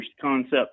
concept